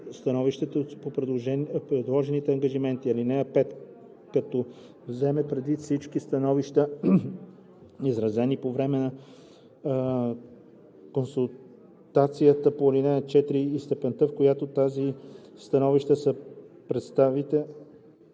становище по предложените ангажименти. (5) Като вземе предвид всички становища, изразени по време на консултацията по ал. 4, и степента, в която тези становища са представителни